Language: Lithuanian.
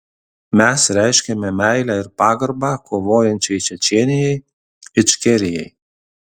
mes reiškiame meilę ir pagarbą kovojančiai čečėnijai ičkerijai